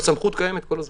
סמכות קיימת כל הזמן.